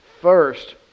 First